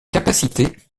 capacité